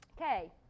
Okay